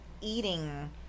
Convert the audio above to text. eating